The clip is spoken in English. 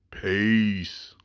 Peace